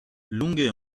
lunghe